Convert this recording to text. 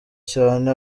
cyane